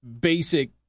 basic